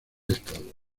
estado